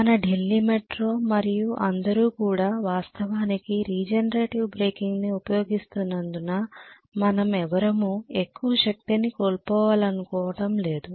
మన ఢిల్లీ మెట్రో మరియు అందరూ కూడా వాస్తవానికి రీజనరేటివ్ బ్రేకింగ్ను ఉపయోగిస్తున్నందున మనం ఎవరమూ ఎక్కువ శక్తిని కోల్పోవాలనుకోవడం లేదు